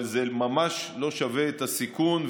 אבל זה ממש לא שווה את הסיכון.